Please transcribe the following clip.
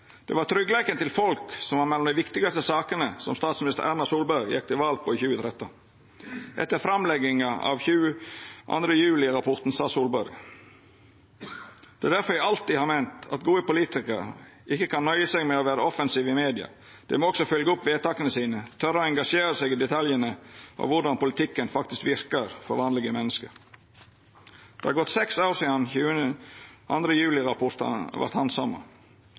Det var tryggleiken til folk som var mellom dei viktigaste sakene statsminister Erna Solberg gjekk til val på i 2013. Etter framlegginga av 22. juli-rapporten sa Solberg: «Det er derfor jeg alltid har ment at gode politikere ikke kan nøye seg med å være offensive i media, de må også følge opp vedtakene sine, tørre å engasjere seg i detaljene og hvordan politikken faktisk virker for vanlige mennesker.» Det har gått seks år sidan 22. juli-rapporten vart